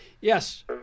Yes